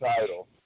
title